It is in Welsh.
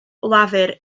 lafur